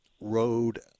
road